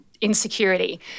insecurity